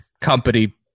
company